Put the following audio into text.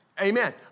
Amen